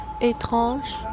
étrange